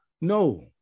No